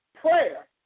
Prayer